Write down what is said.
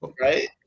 Right